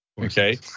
okay